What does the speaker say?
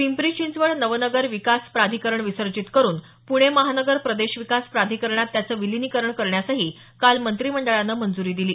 पिंपरी चिंचवड नवनगर विकास प्राधिकरण विसर्जित करून पुणे महानगर प्रदेश विकास प्राधिकरणात त्याचं विलीनीकरण करण्यासही काल मंत्रीमंडळानं मंजुरी दिली